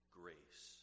grace